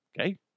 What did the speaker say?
Okay